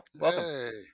Welcome